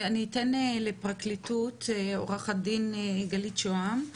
אני אתן לפרקליטות עו"ד גלית שוהם.